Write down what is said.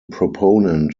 proponent